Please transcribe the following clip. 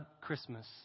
Christmas